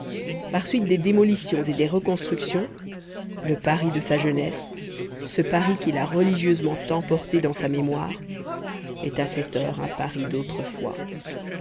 par suite des démolitions et des reconstructions le paris de sa jeunesse ce paris qu'il a religieusement emporté dans sa mémoire est à cette heure un paris d'autrefois